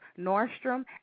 Nordstrom